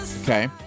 Okay